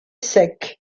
secs